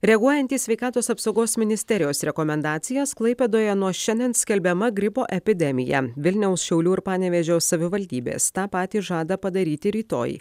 reaguojant į sveikatos apsaugos ministerijos rekomendacijas klaipėdoje nuo šiandien skelbiama gripo epidemija vilniaus šiaulių ir panevėžio savivaldybės tą patį žada padaryti rytoj